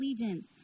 allegiance